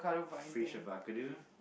fish of